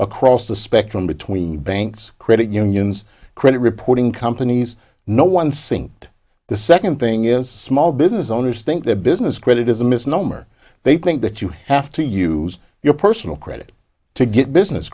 across the spectrum between banks credit unions credit reporting companies no one sinked the second thing is small business owners think their business credit is a misnomer they think that you have to use your personal credit to get business